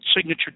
signature